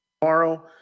Tomorrow